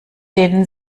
denen